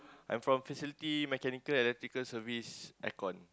I'm from facility mechanical analytical service air con